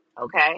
okay